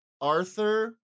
Arthur